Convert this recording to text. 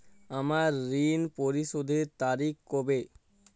আমার ঋণ পরিশোধের তারিখ কবে?